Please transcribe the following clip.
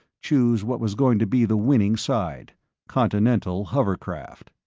choose what was going to be the winning side continental hovercraft.